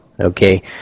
okay